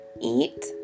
eat